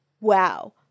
wow